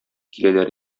киләләр